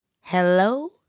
Hello